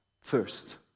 first